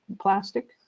plastic